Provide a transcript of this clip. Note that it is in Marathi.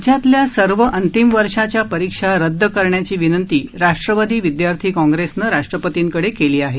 राज्यातल्या सर्व अंतिम वर्षाच्या परीक्षा रदद करण्याची विनंती राष्ट्रवादी विदयार्थी काँग्रेसनं राष्ट्रपर्तींकडे केली आहे